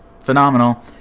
phenomenal